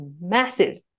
massive